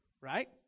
right